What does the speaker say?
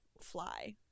fly